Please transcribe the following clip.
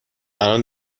الان